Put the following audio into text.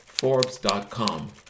Forbes.com